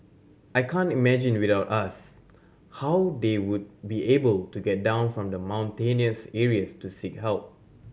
I can't imagine without us how they would be able to get down from the mountainous areas to seek help